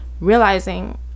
realizing